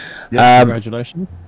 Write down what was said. congratulations